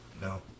No